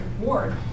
Ward